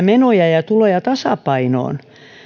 menoja ja ja tuloja tasapainoon